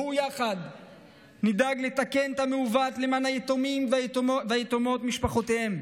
בואו נדאג יחד לתקן את המעוות למען היתומים והיתומות ומשפחותיהם,